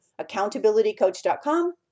accountabilitycoach.com